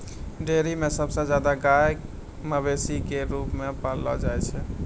dairy म सबसे जादा गाय मवेशी क रूप म पाललो जाय छै